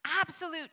absolute